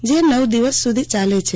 જે નવ દિવસ સુધી ચાલે છે